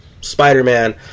Spider-Man